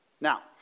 Now